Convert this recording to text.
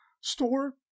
store